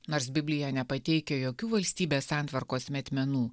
nors biblija nepateikia jokių valstybės santvarkos metmenų